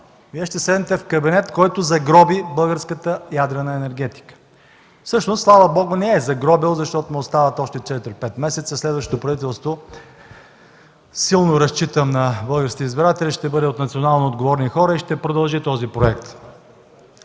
Вие ще седнете в кабинет, който загроби българската ядрена енергетика? Всъщност, слава Богу, не я е загробил, защото му остават още четири-пет месеца. Следващото правителство, силно разчитам на българските избиратели, ще бъде от национално отговорни хора и ще продължи този проект.